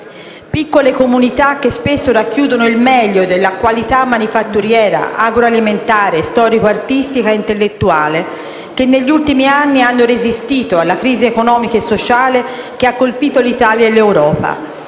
piccole comunità, che spesso racchiudono il meglio della qualità manifatturiera, agroalimentare, storico-artistica e intellettuale, negli ultimi anni hanno resistito alla crisi economico-sociale che ha colpito l'Italia e l'Europa.